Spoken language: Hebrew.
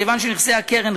כיוון שנכסי הקרן,